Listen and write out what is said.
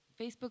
Facebook